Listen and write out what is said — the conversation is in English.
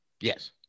Yes